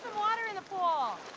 water in the pool. ah